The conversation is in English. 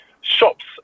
shops